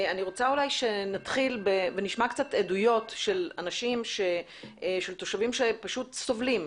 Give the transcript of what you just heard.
אני רוצה שנתחיל ונשמע קצת עדויות של תושבים שפשוט סובלים,